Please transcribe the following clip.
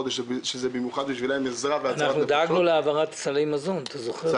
אנחנו דאגנו להעברת סלי מזון, אתה זוכר את זה.